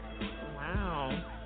Wow